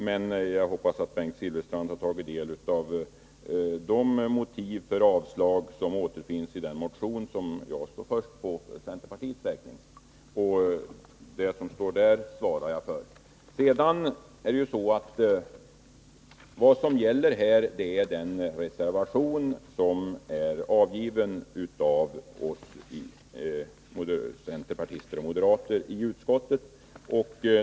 Men jag hoppas att Bengt Silfverstrand har tagit del av de motiv för avstyrkande som återfinns i den motion där mitt namn står först för centerpartiets räkning. Det som står i den motionen svarar jag för. Det som gäller här är den reservation som har avgivits av centerpartister och moderater i utskottet.